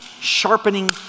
sharpening